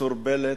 מסורבלת.